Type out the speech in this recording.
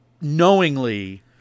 knowingly